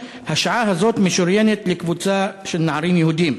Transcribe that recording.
השעה הזאת משוריינת לקבוצה של נערים יהודים.